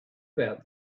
about